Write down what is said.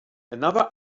another